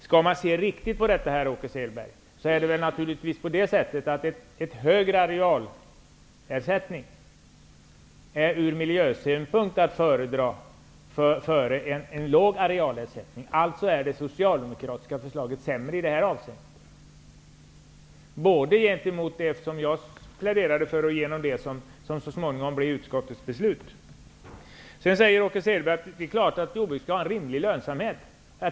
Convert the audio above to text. Skall man se riktigt på detta, Åke Selberg, är naturligtvis en högre arealersättning att föredra ur miljösynpunkt framför en låg arealersättning. Alltså är det socialdemokratiska förslaget sämre i det avseendet, både gentemot det som jag pläderade för och gentemot det som så småningom blev utskottets beslut. Sedan säger Åke Selberg att det är klart att jordbruket skall ha en rimlig lönsamhet.